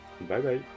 Bye-bye